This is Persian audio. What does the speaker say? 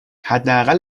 حداقل